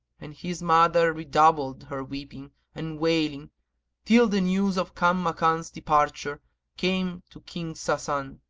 and his mother redoubled her weeping and wailing till the news of kanmakan's departure came to king sasan